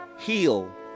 Heal